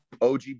OG